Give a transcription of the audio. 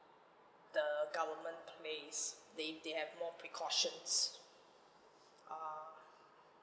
the government place they they have more precautions err